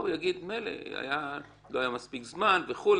לא היה מספיק זמן וכולי.